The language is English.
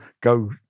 go